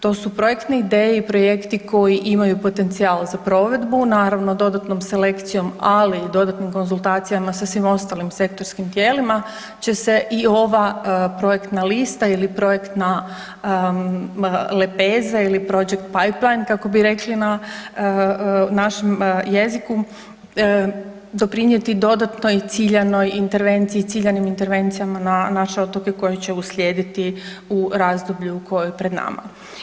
To su projektne ideje i projekti koji imaju potencijal za provedbu, naravno dodatnom selekcijom ali i dodatnim konzultacijama sa svima ostalim sektorskim tijelima će se i ova projektna lista ili projektna lepeza ili project peyplan kako bi rekli na našem jeziku doprinijeti dodatno i ciljanoj intervenciji, ciljanim intervencijama na naše otoke koje će uslijediti u razdoblju koje je pred nama.